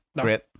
great